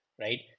right